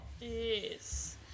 Yes